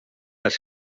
els